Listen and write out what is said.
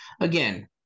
again